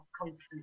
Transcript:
constantly